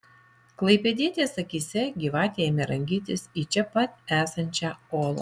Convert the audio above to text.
klaipėdietės akyse gyvatė ėmė rangytis į čia pat esančią olą